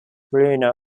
bruno